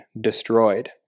destroyed